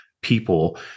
people